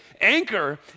anchor